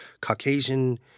Caucasian